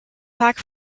attack